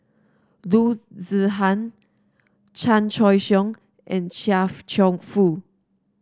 Loo Zihan Chan Choy Siong and Chia Cheong Fook